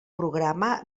programa